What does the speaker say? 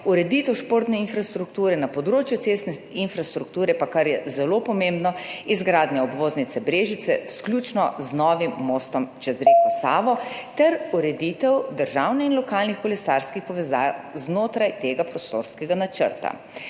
ureditev športne infrastrukture, na področju cestne infrastrukture pa, kar je zelo pomembno, izgradnja obvoznice Brežice, vključno z novim mostom čez reko Savo, ter ureditev državnih in lokalnih kolesarskih povezav znotraj tega prostorskega načrta.